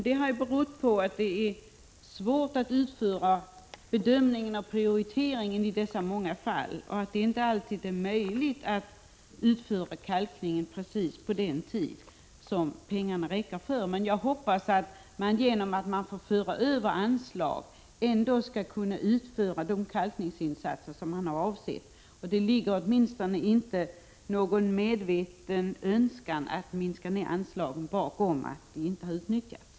Det har berott på att det har varit svårt att göra bedömningar och prioriteringar i dessa många fall. Det är inte heller alltid möjligt att utföra kalkningen på den tid som pengarna räcker till. Jag hoppas att man, genom att man får föra över anslag, ändå skall kunna utföra de kalkningsinsatser som har avsetts. Det ligger åtminstone inte någon medveten önskan att minska ner anslagen bakom det förhållandet att anslaget inte har utnyttjats.